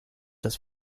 das